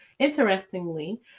Interestingly